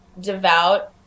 devout